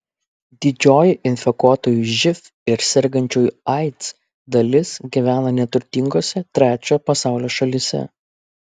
didžioji infekuotųjų živ ir sergančiųjų aids dalis gyvena neturtingose trečiojo pasaulio šalyse